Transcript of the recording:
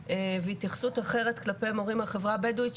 והתייחסות אחרת כלפי מורים מהחברה הבדואית,